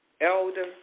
Elder